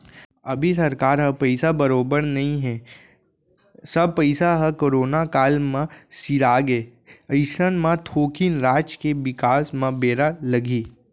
अभी सरकार ह पइसा बरोबर नइ हे सब पइसा ह करोना काल म सिरागे अइसन म थोकिन राज के बिकास म बेरा लगही